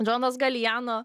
džonas galijano